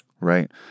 Right